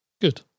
good